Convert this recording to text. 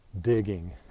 digging